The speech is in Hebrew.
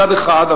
מצד אחד,